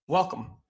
Welcome